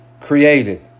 created